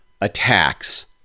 attacks